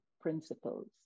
principles